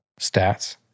stats